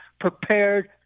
prepared